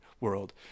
world